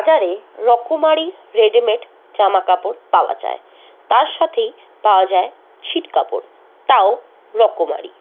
বাজারে রকমারি রেডিমেড জামাকাপড় পাওয়া যায় তার সাথেই পাওয়া যায় ছিট কাপড় তাও রকমারি